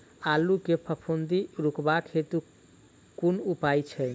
आलु मे फफूंदी रुकबाक हेतु कुन उपाय छै?